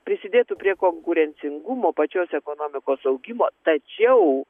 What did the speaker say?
prisidėtų prie konkurencingumo pačios ekonomikos augimo tačiau